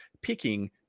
picking